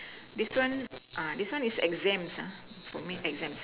this one ah this one is exams ah for me exams